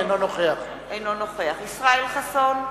אינו נוכח ישראל חסון,